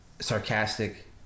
sarcastic